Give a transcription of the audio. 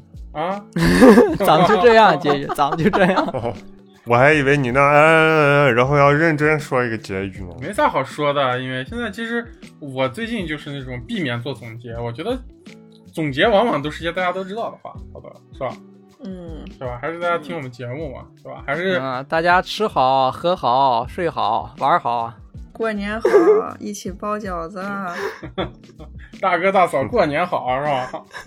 啊？咱们就这样结语，咱们就这样。 我还以为你那，嗯，嗯，嗯，嗯，然后要认真说一个结语呢。没啥好说的，因为现在其实我最近就是那种避免做总结，我觉得总结往往都是一些大家都知道的话，好吧，是吧？嗯。是吧？ 还是大家嗯。听我们节目嘛，是吧？还是-嗯，大家吃好，喝好，睡好，玩儿好。过年好， 一起包饺子啊。 大哥大嫂过年好，是吧？